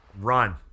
Run